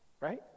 right